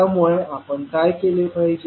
त्यामुळे आपण काय केले पाहिजे